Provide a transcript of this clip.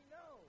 no